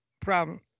problem